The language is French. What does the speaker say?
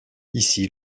ici